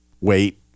wait